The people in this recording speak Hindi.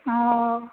हाँ